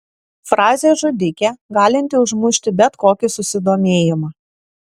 frazė žudikė galinti užmušti bet kokį susidomėjimą